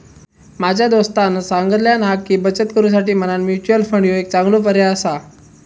माझ्या दोस्तानं सांगल्यान हा की, बचत करुसाठी म्हणान म्युच्युअल फंड ह्यो एक चांगलो पर्याय आसा